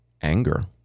anger